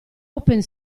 open